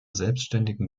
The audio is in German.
selbstständigen